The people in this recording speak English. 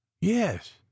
Yes